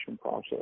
process